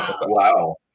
Wow